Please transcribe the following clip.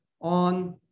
on